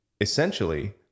Essentially